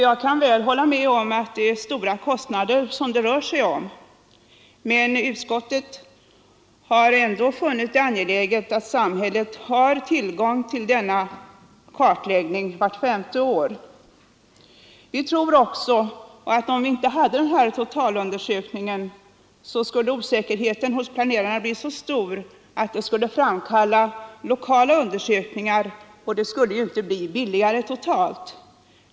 Jag kan instämma i att det rör sig om stora kostnader, men utskottet finner det ändå angeläget att samhället har tillgång till denna kartläggning vart femte år. Vi tror också att om vi inte hade denna totalundersökning, skulle osäkerheten hos planerarna bli så stor att den skulle framkalla lokala undersökningar, som inte skulle bli billigare totalt.